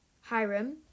Hiram